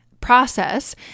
process